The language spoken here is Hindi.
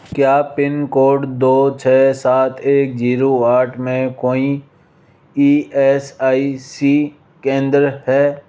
क्या पिन कोड दो छः सात एक जीरो आठ में कोईं ई एस आई सी केंद्र है